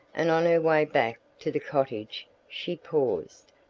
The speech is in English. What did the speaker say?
and on her way back to the cottage she paused,